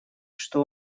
что